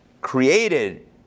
created